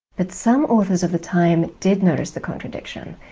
but some authors of the time did notice the contradiction.